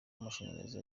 amashanyarazi